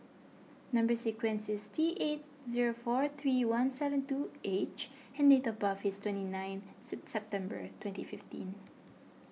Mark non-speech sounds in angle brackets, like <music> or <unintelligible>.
Number Sequence is T eight zero four three one seven two H and date of birth is twenty nine <unintelligible> September twenty fifteen